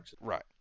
Right